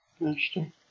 Interesting